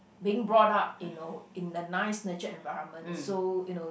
being brought up you know in a nice nurtured environment so you know